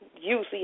usually